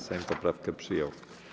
Sejm poprawkę przyjął.